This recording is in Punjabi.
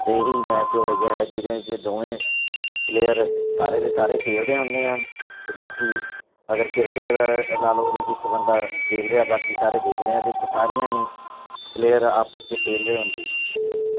ਅਤੇ ਇਹੀ ਮੈਚ ਉਹੋ ਜਿਹਾ ਹੈ ਜਿਦੇ 'ਚ ਦੋਵੇਂ ਪਲੇਅਰ ਸਾਰੇ ਦੇ ਸਾਰੇ ਖੇਡਦੇ ਹੁੰਦੇ ਆ ਅਤੇ ਬਾਕੀ ਅਗਰ ਕ੍ਰਿਕਟ ਦਾ ਲਾ ਲਓ ਉਹਦੇ 'ਚ ਇੱਕ ਬੰਦਾ ਖੇਡ ਰਿਹਾ ਬਾਕੀ ਸਾਰੇ ਦੇਖ ਰਹੇ ਇਹਦੇ 'ਚ ਸਾਰੀਆਂ ਹੀ ਪਲੇਅਰ ਆਪਸ 'ਚ ਖੇਡ ਰਹੇ ਹੁੰਦੇ ਹੈ